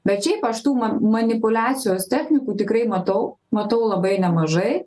bet šiaip aš tų ma manipuliacijos technikų tikrai matau matau labai nemažai